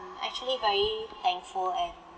actually very thankful and